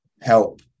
help